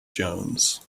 jones